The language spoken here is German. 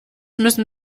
müssen